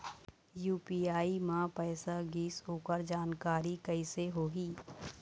UPI म पैसा गिस ओकर जानकारी कइसे होही?